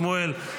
שמואל,